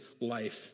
life